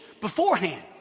beforehand